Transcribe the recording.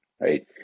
right